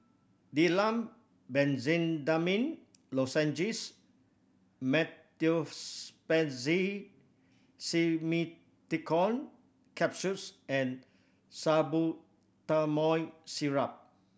Difflam Benzydamine Lozenges Meteospasmyl Simeticone Capsules and Salbutamol Syrup